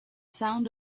sound